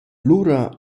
lura